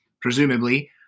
presumably